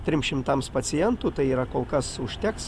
trim šimtams pacientų tai yra kol kas užteks